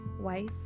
wife